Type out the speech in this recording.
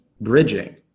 Bridging